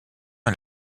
est